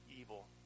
evil